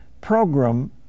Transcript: program